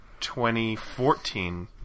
2014